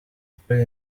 gukora